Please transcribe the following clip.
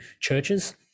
churches